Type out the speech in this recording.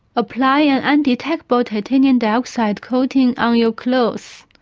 apply an undetectable titanium dioxide coating on your clothes,